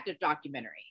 documentary